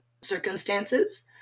circumstances